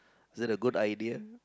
is that a good idea